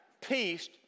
peace